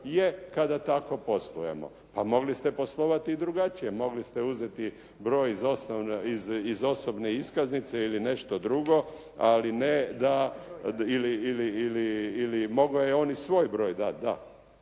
Je, kada tako poslujemo. Pa mogli ste poslovati i drugačije. Mogli ste uzeti broj iz osobne iskaznice ili nešto drugo, ali ne da ili mogao je on i svoj broj dati, da.